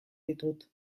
ditut